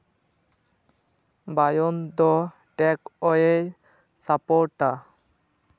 ᱵᱟᱭᱚᱱ ᱫᱚ ᱴᱮᱠᱚᱭᱮᱭ ᱥᱟᱯᱚᱴᱟ